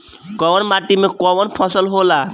कवन माटी में कवन फसल हो ला?